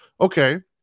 okay